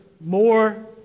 more